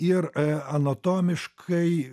ir anatomiškai